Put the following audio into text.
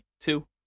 two